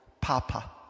Papa